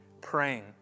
praying